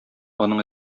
аның